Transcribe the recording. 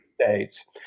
States